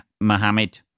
Mohammed